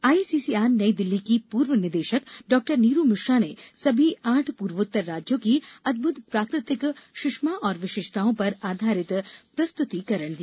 ICCR नई दिल्ली की पूर्व निदेशक डॉ नीरू मिश्रा ने समी आठ पूर्वोत्तर राज्यों की अद्भुत प्राकृतिक सुषमा और विशेषताओं पर आधारित प्रस्तुतीकरण दिया